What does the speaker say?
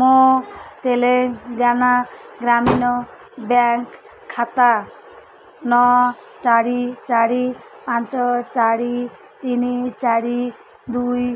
ମୋ ତେଲେଙ୍ଗାନା ଗ୍ରାମୀଣ ବ୍ୟାଙ୍କ୍ ଖାତା ନଅ ଚାରି ଚାରି ପାଞ୍ଚ ଚାରି ତିନି ଚାରି ଦୁଇ